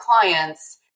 clients